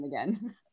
again